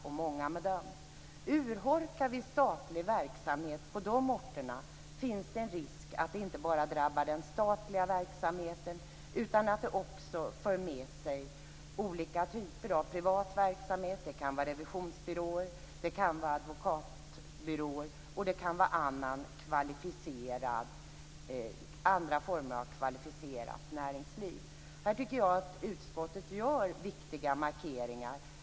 Om vi urholkar statlig verksamhet på sådana orter finns det en risk att det inte bara drabbar den statliga verksamheten utan att det också för med sig olika typer av privat verksamhet, t.ex. revisionsbyråer, advokatbyråer eller andra former av kvalificerade näringar. Utskottet gör här viktiga markeringar.